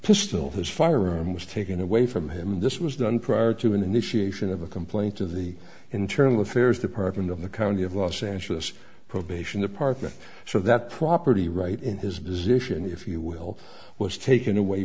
pistol his firearm was taken away from him and this was done prior to an initiation of a complaint of the internal affairs department of the county of los angeles probation department so that property right in his position if you will was taken away